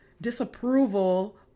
disapproval